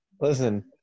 Listen